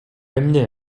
эмне